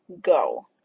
go